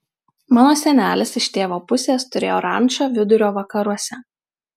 mano senelis iš tėvo pusės turėjo rančą vidurio vakaruose